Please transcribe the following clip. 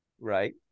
Right